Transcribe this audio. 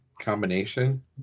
combination